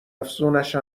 افزونش